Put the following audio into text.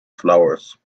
flowers